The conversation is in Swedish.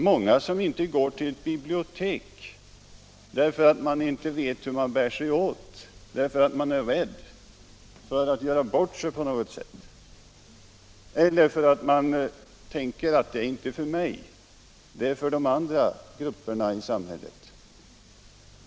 Många går inte till ett bibliotek, därför att de inte vet hur man bär sig åt, därför att de är rädda för att på något sätt göra bort sig eller därför att de tänker att det inte är till för dem utan för de andra grupperna i samhället.